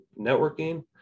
networking